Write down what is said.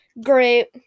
great